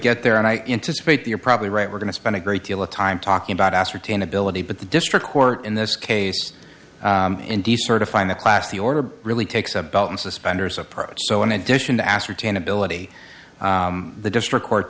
get there and i integrate you're probably right we're going to spend a great deal of time talking about ascertain ability but the district court in this case in decertifying the class the order really takes a belt and suspenders approach so in addition to ascertain ability the district court